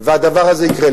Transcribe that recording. והדבר הזה יקרה.